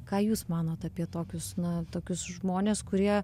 ką jūs manot apie tokius na tokius žmones kurie